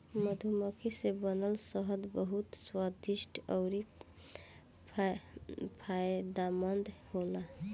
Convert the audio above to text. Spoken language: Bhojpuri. मधुमक्खी से बनल शहद बहुत स्वादिष्ट अउरी फायदामंद होला